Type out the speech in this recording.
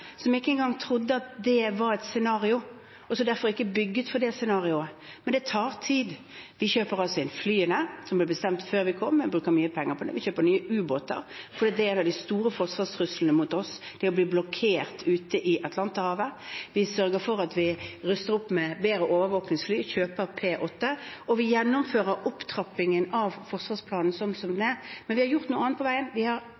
som ikke engang trodde at det var et scenario, og som derfor ikke bygget for det scenarioet, men det tar tid. Vi kjøper inn flyene, slik det ble bestemt før vi kom, og vi bruker mye penger på det. Vi kjøper nye ubåter fordi en av de store forsvarstruslene mot oss er å bli blokkert ute i Atlanterhavet. Vi sørger for å ruste opp med bedre overvåkingsfly – kjøper P8 – og vi gjennomfører opptrappingen av forsvarsplanen sånn som den er. Men vi har